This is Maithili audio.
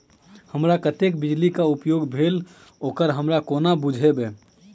हमरा कत्तेक बिजली कऽ उपयोग भेल ओकर हम कोना बुझबै?